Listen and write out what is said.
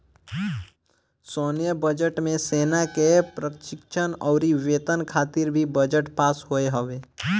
सैन्य बजट मे सेना के प्रशिक्षण अउरी वेतन खातिर भी बजट पास होत हवे